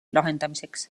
lahendamiseks